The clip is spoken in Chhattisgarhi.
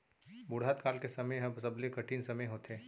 बुढ़त काल के समे ह सबले कठिन समे होथे